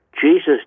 Jesus